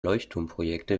leuchtturmprojekte